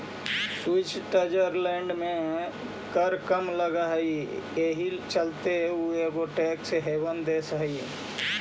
Switzerland में कर कम लग हई एहि चलते उ एगो टैक्स हेवन देश हई